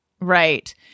Right